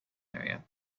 area